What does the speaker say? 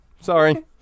Sorry